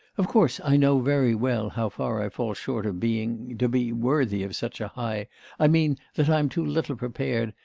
of course i know very well how far i fall short of being to be worthy of such a high i mean that i am too little prepared,